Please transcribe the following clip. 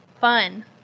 fun